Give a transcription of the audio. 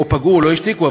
לא השתיקו,